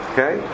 Okay